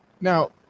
now